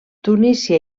tunísia